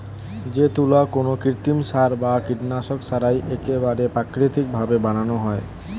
যে তুলো কোনো কৃত্রিম সার বা কীটনাশক ছাড়াই একেবারে প্রাকৃতিক ভাবে বানানো হয়